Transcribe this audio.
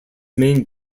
main